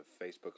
Facebook